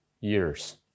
years